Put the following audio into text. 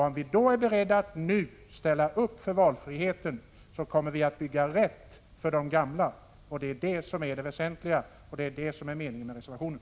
Om vi därför är beredda att nu ställa upp för valfriheten kommer vi att bygga på ett för de gamla riktigt sätt. Det är det som är det väsentliga, och det är det som är meningen med reservationen.